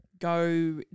go